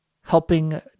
helping